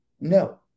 No